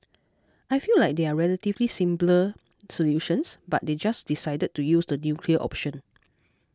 I feel like there are relatively simpler solutions but they just decided to use the nuclear option